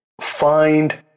Find